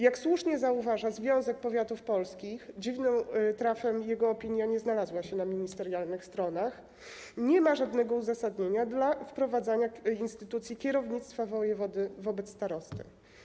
Jak słusznie zauważa Związek Powiatów Polskich - dziwnym trafem jego opinia nie znalazła się na ministerialnych stronach - nie ma żadnego uzasadnienia dla wprowadzania instytucji kierownictwa wojewody wobec starosty.